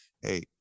Hey